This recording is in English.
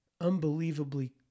unbelievably